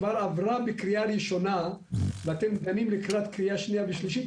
שכבר עברה בקריאה ראשונה וכעת אתם דנים לקראת קריאה שנייה ושלישית,